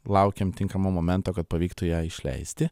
laukėm tinkamo momento kad pavyktų ją išleisti